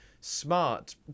smart